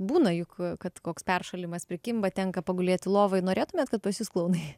būna juk kad koks peršalimas prikimba tenka pagulėti lovoj norėtumėt kad pas jus klounai